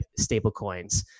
stablecoins